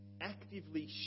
actively